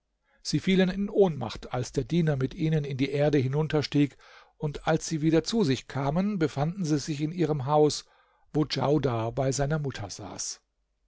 sie fielen in ohnmacht als der diener mit ihnen in die erde hinunterstieg und als sie wieder zu sich kamen befanden sie sich in ihrem haus wo djaudar bei seiner mutter saß